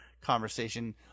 conversation